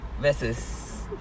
versus